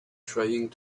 trying